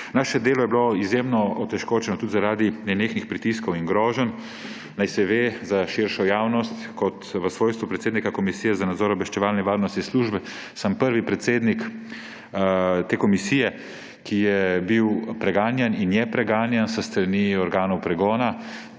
Naše delo je bilo izjemno otežkočeno tudi zaradi nenehnih pritiskov in groženj. Naj se ve za širšo javnost, da v svojstvu predsednika Komisije za nadzor obveščevalnih in varnostnih služb sem prvi predsednik te komisije, ki je bil preganjan in je preganjan s strani organov pregona.